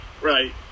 Right